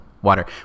Water